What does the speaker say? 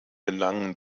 belangen